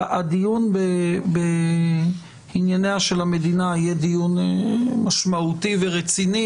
הדיון בענייניה של המדינה יהיה דיון משמעותי ורציני,